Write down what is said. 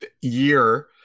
year